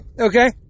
Okay